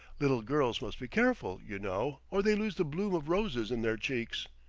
little girls must be careful, you know, or they lose the bloom of roses in their cheeks.